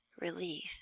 relief